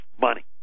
money